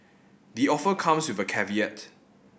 the offer comes with a caveat